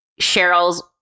cheryl's